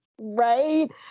right